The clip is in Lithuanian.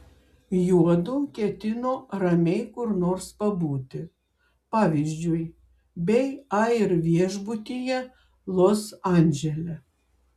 juodu ketino ramiai kur nors pabūti pavyzdžiui bei air viešbutyje los andžele